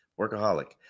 workaholic